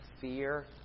fear